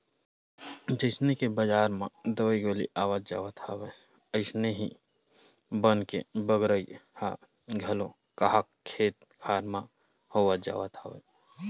जइसन के बजार म दवई गोली आवत जावत हवय अइसने ही बन के बगरई ह घलो काहक खेत खार म होवत जावत हवय